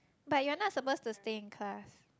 but you are not supposed to stay in class